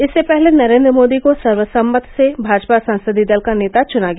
इससे पहले नरेंद्र मोदी को सर्वसम्मति से भाजपा संसदीय दल का नेता चुना गया